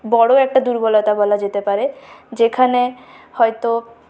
বড়ো একটা দুর্বলতা বলা যেতে পারে যেখানে হয়তো